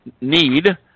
need